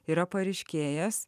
yra pareiškėjas